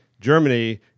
Germany